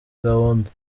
gahunda